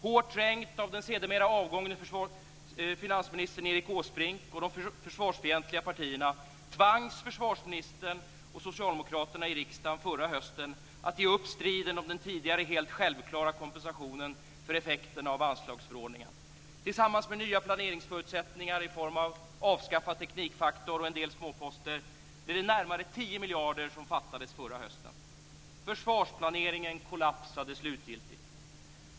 Hårt trängd av den sedermera avgångne finansministern Erik Åsbrink och de försvarsfientliga partierna tvingades försvarsministern och Socialdemokraterna i riksdagen förra hösten att ge upp striden om den tidigare helt självklara kompensationen för effekten av anslagsförordningen. Tillsammans med nya planeringsförutsättningar i form av avskaffad teknikfaktor och en del småposter blev det närmare 10 miljarder som fattades förra hösten. Försvarsplaneringen kollapsade slutgiltigt.